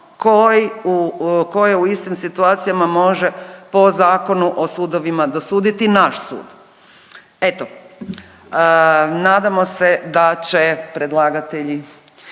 koje u istim situacijama može po Zakonu o sudovima dosuditi naš sud. Eto, nadamo se da će predlagatelji